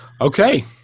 Okay